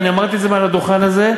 ואני אמרתי את זה מעל הדוכן הזה,